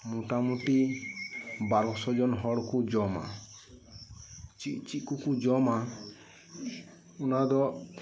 ᱢᱳᱴᱟ ᱢᱩᱛᱤ ᱵᱟᱨᱳᱥᱳ ᱡᱚᱱ ᱦᱚᱲ ᱠᱚ ᱡᱚᱢᱟ ᱪᱮᱫ ᱪᱮᱫ ᱠᱚ ᱠᱚ ᱡᱚᱢᱟ ᱚᱱᱟ ᱫᱚ